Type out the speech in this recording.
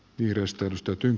yhdestä ostotyön